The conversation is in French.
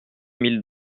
mille